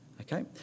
Okay